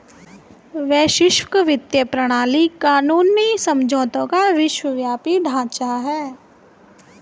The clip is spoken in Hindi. वैश्विक वित्तीय प्रणाली कानूनी समझौतों का विश्वव्यापी ढांचा है